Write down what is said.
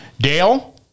Dale